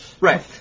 Right